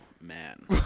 man